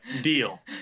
deal